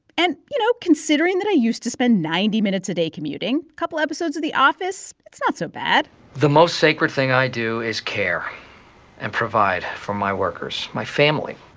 and, you know, considering that i used to spend ninety minutes a day commuting, a couple episodes of the office it's not so bad the most sacred thing i do is care and provide for my workers, my family.